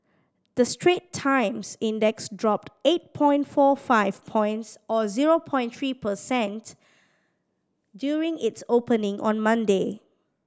the Straits Times Index dropped eight point four five points or zero point three per cent during its opening on Monday